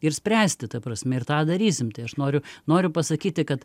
ir spręsti ta prasme ir tą darysim tai aš noriu noriu pasakyti kad